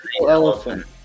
elephant